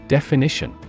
Definition